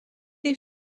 est